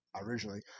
originally